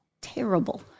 terrible